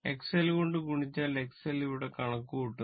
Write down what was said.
XL കൊണ്ട് ഗുണിച്ചാൽ XL ഇവിടെ കണക്കുകൂട്ടുന്നു